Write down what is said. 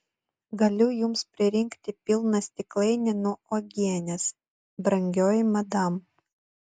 galiu jums pririnkti pilną stiklainį nuo uogienės brangioji madam